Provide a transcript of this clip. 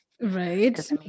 right